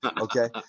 Okay